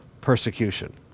persecution